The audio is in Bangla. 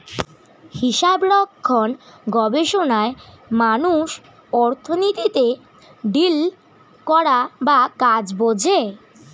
হিসাবরক্ষণ গবেষণায় মানুষ অর্থনীতিতে ডিল করা বা কাজ বোঝে